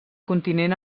continent